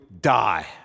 die